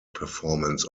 performance